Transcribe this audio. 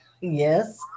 Yes